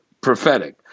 prophetic